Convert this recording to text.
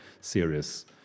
serious